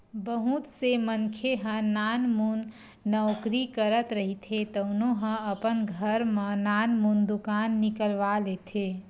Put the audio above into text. बहुत से मनखे ह नानमुन नउकरी करत रहिथे तउनो ह अपन घर म नानमुन दुकान निकलवा लेथे